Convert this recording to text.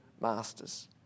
masters